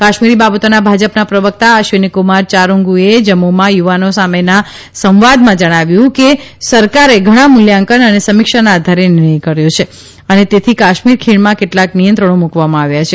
કાશ્મીર બાબતોના ભાજપના પ્રવક્તા અશ્વિનીકુમાર યારુંગુએ જમ્મુમાં યુવાનો સાતેના સંવાદમાં જણાવ્યું કે સરકારે ઘણા મૂલ્યાંકન અને સમીક્ષાના આધારે નિર્ણય કર્યો છે અને તેથી કાશ્મીર ખીણમાં કેટલાંક નિયંત્રણો મૂકવામાં આવ્યાં છે